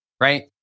right